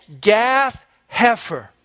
Gath-Hefer